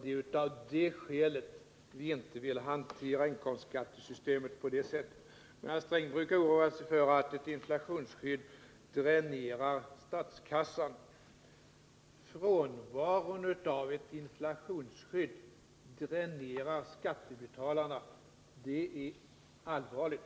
Det är av det skälet som vi inte vill hantera inkomstskattesystemet på detta sätt. Gunnar Sträng brukar oroa sig för att ett inflationsskydd dränerar statskassan. Frånvaron av ett inflationsskydd dränerar skattebetalarnas kassa, och det är allvarligt.